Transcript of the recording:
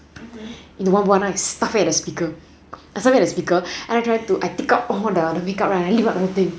in one point then I stuff at the speaker I saw that speaker then I try to I take out all the makeup right then take out whole thing